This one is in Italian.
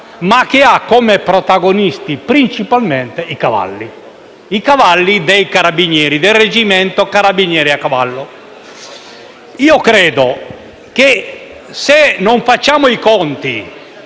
e che ha come protagonisti principalmente i cavalli, i cavalli dei Carabinieri, del reggimento dei Carabinieri a cavallo. Se non facciamo i conti